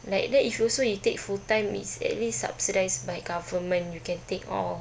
like then if also you take full time it's at least subsidised by government you can take all